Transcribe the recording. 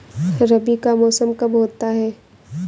रबी का मौसम कब होता हैं?